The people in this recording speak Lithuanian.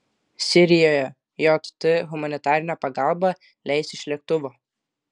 sirijoje jt humanitarinę pagalbą leis iš lėktuvo